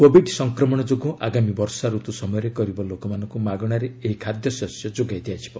Covid ସଂକ୍ରମଣ ଯୋଗୁଁ ଆଗାମୀ ବର୍ଷା ରତୁ ସମୟରେ ଗରିବ ଲୋକମାନଙ୍କୁ ମାଗଣାରେ ଏହି ଖାଦ୍ୟଶସ୍ୟ ଦିଆଯିବ